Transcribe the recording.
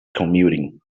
commuting